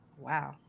wow